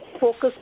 focus